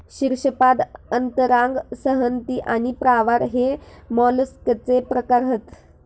शीर्शपाद अंतरांग संहति आणि प्रावार हे मोलस्कचे प्रकार हत